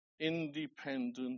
independent